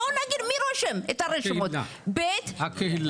בואו תגידו מי רושם את הרשימות --- הקהילה.